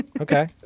Okay